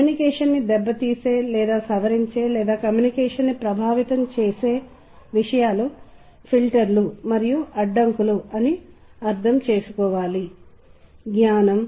మరియు ఒక నిర్దిష్ట విషయానికి కొంత మందగింపు ఉన్నప్పుడు సంతోషం విచారం ఎక్కువ సంతోషం తక్కువ సంతోషం శృంగారభరితం మొదలైన వాటి అర్థాలు మారుతూ ఉంటాయి